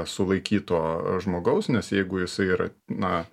sulaikyto žmogaus nes jeigu jisai yra na